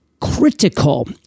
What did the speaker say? critical